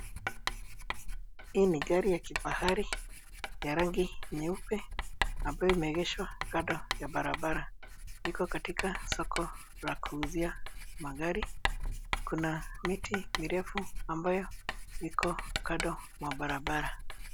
Hii ni gari ya kifahari ya rangi nyeupe ambayo imeegeshwa kando ya barabara. Iko katika soko la kuuzia magari. Kuna miti mirefu ambay iko kando ya barabara.